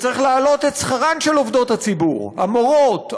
צריך להעלות את שכרן של עובדות הציבור: המורות,